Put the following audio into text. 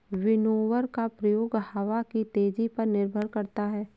winnower का प्रयोग हवा की तेजी पर निर्भर करता है